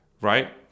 right